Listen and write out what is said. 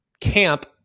camp